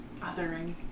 Othering